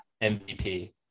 MVP